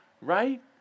Right